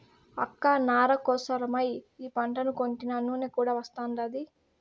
అక్క నార కోసరమై ఈ పంటను కొంటినా నూనె కూడా వస్తాండాది